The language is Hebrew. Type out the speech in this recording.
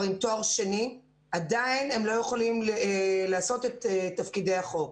עם תואר שני אבל עדיין הם לא יכולים לעשות את תפקידי החוק.